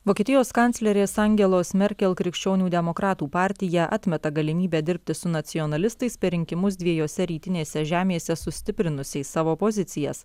vokietijos kanclerės angelos merkel krikščionių demokratų partija atmeta galimybę dirbti su nacionalistais per rinkimus dviejose rytinėse žemėse sustiprinusiais savo pozicijas